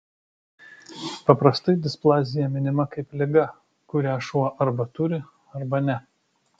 paprastai displazija minima kaip liga kurią šuo arba turi arba ne